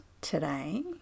today